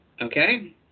okay